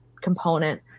component